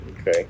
Okay